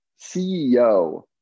CEO